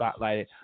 spotlighted